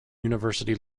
university